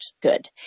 good